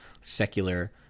secular